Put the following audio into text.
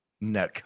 no